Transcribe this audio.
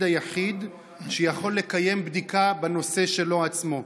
היחיד שיכול לקיים בדיקה בנושא שלו עצמו?